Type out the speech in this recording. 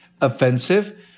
offensive